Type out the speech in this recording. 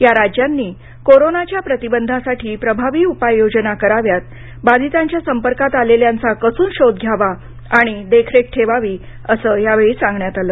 या राज्यांनी कोरोनाच्या प्रतिबंधासाठी प्रभावी उपययोजना कराव्यात बाधितांच्या संपर्कात आलेल्यांचा कसून शोध घ्यावा आणि देखरेख ठेवावी असं यावेळी सांगण्यात आलं